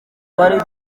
twari